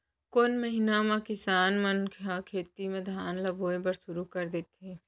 कोन महीना मा किसान मन ह खेत म धान ला बोये बर शुरू कर देथे?